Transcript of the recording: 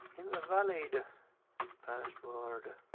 valid password,